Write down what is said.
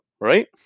right